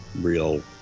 real